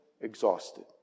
exhausted